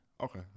Okay